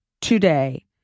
today